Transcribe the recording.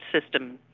system